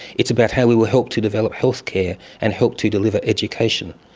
it's about how we will help to develop healthcare and help to deliver education.